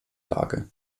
lage